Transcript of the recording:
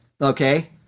okay